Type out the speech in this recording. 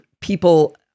people